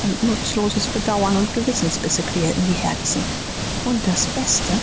und nutzloses bedauern und gewissensbisse quälten die herzen und das beste